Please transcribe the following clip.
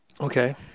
Okay